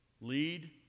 Lead